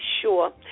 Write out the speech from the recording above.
sure